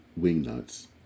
wingnuts